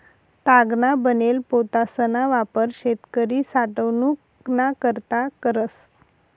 तागना बनेल पोतासना वापर शेतकरी साठवनूक ना करता करस